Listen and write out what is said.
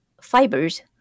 fibers